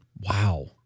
Wow